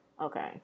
Okay